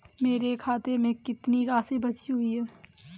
मेरे खाते में कितनी राशि बची हुई है?